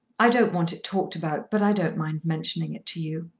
i don't want it talked about, but i don't mind mentioning it to you.